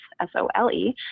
s-o-l-e